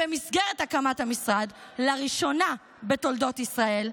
במסגרת הקמת המשרד, לראשונה בתולדות ישראל,